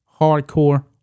hardcore